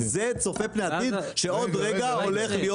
זה צופה לעתיד שבעוד רגע הולכת להיות